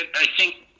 i think,